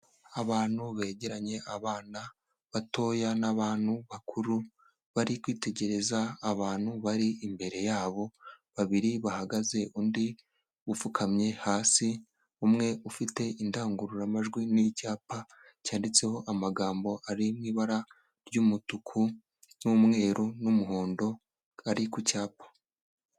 Abantu begeranye abana batoya n'abantu bakuru bari kwitegereza abantu bari imbere yabo, babiri bahagaze undi upfukamye hasi, umwe ufite indangururamajwi n'icyapa cyanditseho amagambo ari mu ibara ry'umutuku n'umweru n'umuhondo, ari ku cyapa.